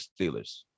Steelers